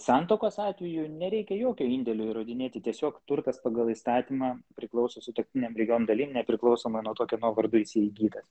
santuokos atveju nereikia jokio indėlio įrodinėti tiesiog turtas pagal įstatymą priklauso sutuoktiniam lygiom dalim nepriklausomai nuo to kieno vardu jisai įgytas